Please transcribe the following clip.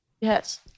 yes